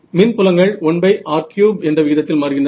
மின் புலங்கள் 1r3 என்ற விகிதத்தில் மாறுகின்றன